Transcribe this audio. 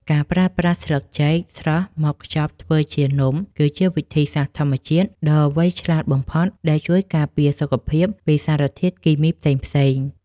ការប្រើប្រាស់ស្លឹកចេកស្រស់មកខ្ចប់ធ្វើជានំគឺជាវិធីសាស្ត្រធម្មជាតិដ៏វៃឆ្លាតបំផុតដែលជួយការពារសុខភាពពីសារធាតុគីមីផ្សេងៗ។